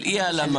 של אי העלמה.